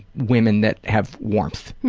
women that have warmth.